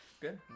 Good